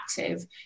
active